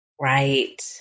Right